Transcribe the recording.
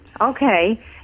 okay